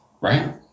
Right